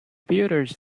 builders